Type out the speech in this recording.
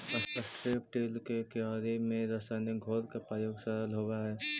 strip till के क्यारि में रसायनिक घोल के प्रयोग सरल होवऽ हई